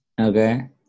Okay